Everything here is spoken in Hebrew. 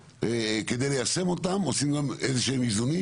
כדי ליישם אותן עושים להן איזה שהם איזונים,